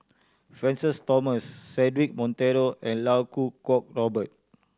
Francis Thomas Cedric Monteiro and Iau Kuo Kwong Robert